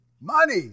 Money